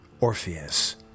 Orpheus